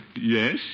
yes